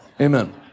Amen